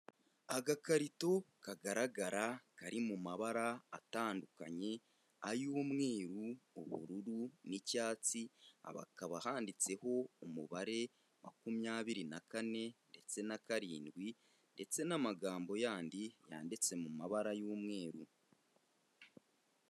Agakarito kagaragara kari mu mabara atandukanye ay'umweruru, ubururu, n'icyatsi, hakaba handitseho umubare makumyabiri na kane ndetse na karindwi ndetse n'amagambo yandi yanditse mu mabara y'umweru.